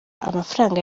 amafaranga